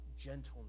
gentleness